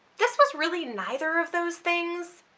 this was really neither of those things.